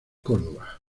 córdoba